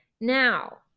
Now